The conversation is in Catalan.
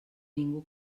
ningú